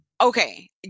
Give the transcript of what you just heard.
Okay